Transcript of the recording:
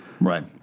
Right